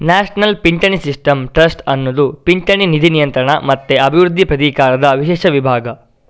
national ಪಿಂಚಣಿ system trust ಅನ್ನುದು ಪಿಂಚಣಿ ನಿಧಿ ನಿಯಂತ್ರಣ ಮತ್ತೆ ಅಭಿವೃದ್ಧಿ ಪ್ರಾಧಿಕಾರದ ವಿಶೇಷ ವಿಭಾಗ